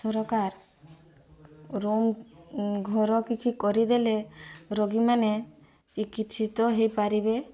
ସରକାର ରୁମ୍ ଘର କିଛି କରିଦେଲେ ରୋଗୀମାନେ ଚିକିତ୍ସିତ ହେଇପାରିବେ